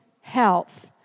health